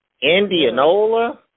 Indianola